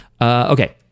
okay